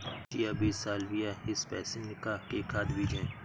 chia बीज salvia hispanica के खाद्य बीज हैं